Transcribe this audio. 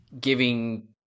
giving